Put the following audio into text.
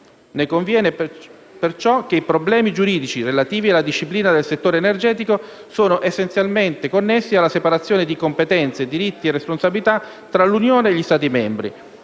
Ne conviene, perciò, che i problemi giuridici relativi alla disciplina del settore energetico sono essenzialmente connessi alla separazione di competenze, diritti e responsabilità tra l'Unione e gli Stati membri: